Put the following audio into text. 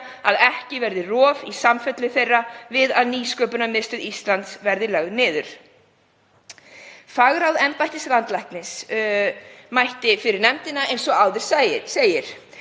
að ekki verði rof í samfellu þeirra við það að Nýsköpunarmiðstöð Íslands verði lögð niður. Fagráð embættis landlæknis mætti fyrir nefndina. Í umsögnum